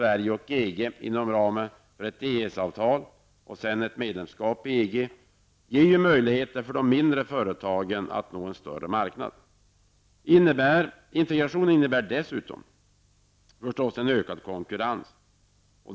EG inom ramen för ett EES-avtal och senare ett medlemskap i EG ger möjligheter för de mindre företagen att nå en större marknad. Integrationen innebär dessutom förstås en ökad konkurrens.